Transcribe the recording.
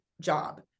job